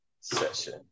session